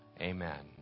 Amen